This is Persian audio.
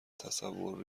تصور